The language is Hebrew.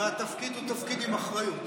והתפקיד הוא תפקיד עם אחריות.